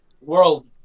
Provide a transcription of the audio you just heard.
World